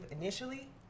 initially